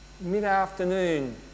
mid-afternoon